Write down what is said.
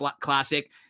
Classic